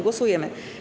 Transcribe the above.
Głosujemy.